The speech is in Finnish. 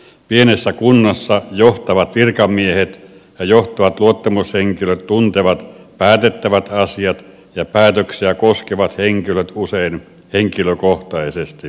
pienessä kunnassa johtavat virkamiehet ja johtavat luottamushenkilöt tuntevat päätettävät asiat ja päätöksiä koskevat henkilöt usein henkilökohtaisesti